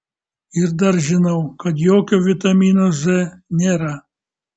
ir dar žinau kad jokio vitamino z nėra